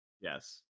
Yes